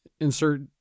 insert